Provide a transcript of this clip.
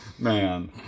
Man